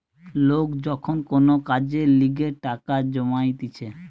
লোক যখন কোন কাজের লিগে টাকা জমাইতিছে